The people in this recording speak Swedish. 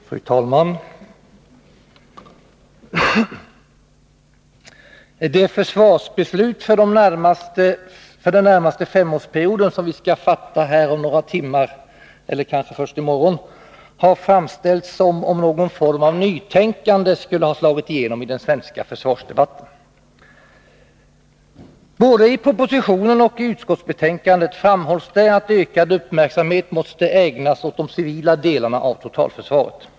Fru talman! Det försvarsbeslut för den närmaste femårsperioden som vi skall fatta här om några timmar, eller kanske först i morgon, har framställts som om någon form av nytänkande skulle ha slagit igenom i den svenska försvarsdebatten. Både i propositionen och i utskottsbetänkandet framhålls det att ökad uppmärksamhet måste ägnas åt de civila delarna av totalförsvaret.